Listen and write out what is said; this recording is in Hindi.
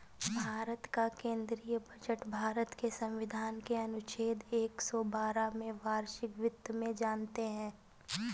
भारत का केंद्रीय बजट भारत के संविधान के अनुच्छेद एक सौ बारह में वार्षिक वित्त में जानते है